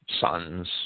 Sons